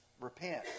repent